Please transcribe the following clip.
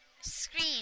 scream